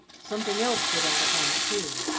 something else stood out upon it too,